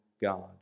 God